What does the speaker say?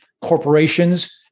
corporations